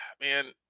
man